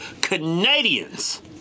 Canadians